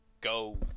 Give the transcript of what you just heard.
go